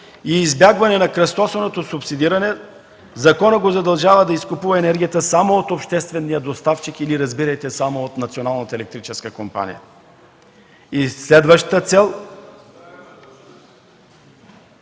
и избягване на кръстосаното субсидиране. Законът го задължава да изкупува енергията само от обществения доставчик или, разбирайте, само от националната електрическа компания. И следващата цел